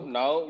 now